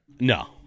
No